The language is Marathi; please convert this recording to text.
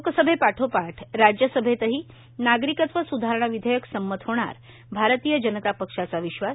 लोकसभेपाठोपाठ राज्यसभेतही नागरिकत्व सुधारणा विधेयक संमत होणार भारतीय जनता पक्षाचा विश्वास